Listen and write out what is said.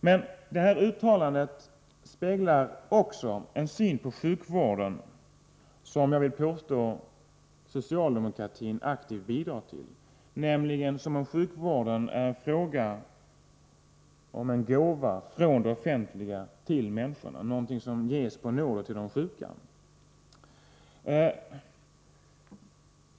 Men uttalandet i fråga speglar också en syn på sjukvården som, vill jag påstå, socialdemokratin aktivt bidragit till - man ser sjukvården som en gåva från det offentliga till människorna, som någonting som ges på nåder till de sjuka.